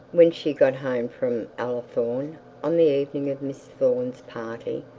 when she got home from ullathorne on the evening of miss thorne's party,